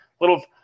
little